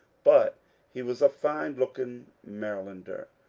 but he was a fine-looking marylander.